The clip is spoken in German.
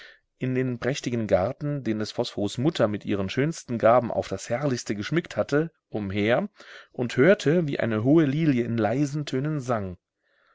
in dem prächtigen garten den des phosphorus mutter mit ihren schönsten gaben auf das herrlichste geschmückt hatte umher und hörte wie eine hohe lilie in leisen tönen sang